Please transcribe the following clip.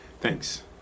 thanks